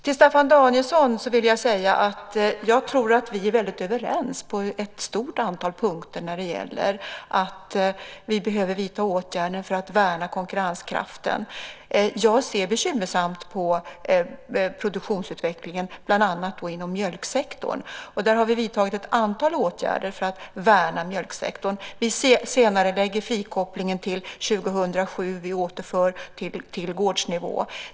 Till Staffan Danielsson vill jag säga att jag tror att vi är väldigt överens på ett stort antal punkter när det gäller att vi behöver vidta åtgärder för att värna konkurrenskraften. Jag är bekymrad över produktionsutvecklingen, bland annat inom mjölksektorn, och vi har vidtagit ett antal åtgärder för att värna mjölksektorn. Vi senarelägger frikopplingen till 2007, och vi återför till gårdsnivå.